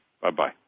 Bye-bye